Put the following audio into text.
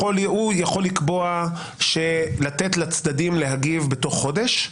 הוא יכול לקבוע לתת לצדדים להגיב בתוך חודש,